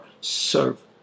serve